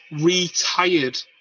retired